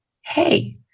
hey